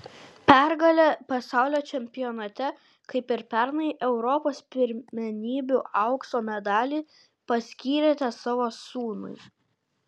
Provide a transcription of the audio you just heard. pergalę pasaulio čempionate kaip ir pernai europos pirmenybių aukso medalį paskyrėte savo sūnui